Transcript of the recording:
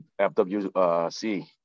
FWC